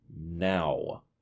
now